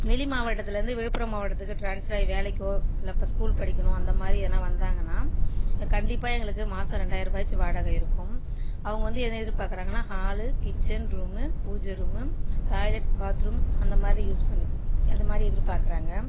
வெளி மாவட்டத்தில் இருந்து விழுப்புர மாவட்டத்திற்கு ட்ரான்ஸ்ஃபராகி வேலைக்கோ இல்லை இப்போ ஸ்கூல் படிக்கணும் அந்த மாதிரி யார்னா வந்தாங்கன்னா கண்டிப்பாக எங்களுக்கு மாசோம் ரெண்டாயிரூபாயிச்சும் வாடகை இருக்கும் அவங்க வந்து என்ன எதிர்பார்க்குறாங்கனா hall kitchen room puja room toilet bathroom அந்த மாதிரி யூஸ் பண் அது மாதிரி எதிர்பார்க்குறாங்க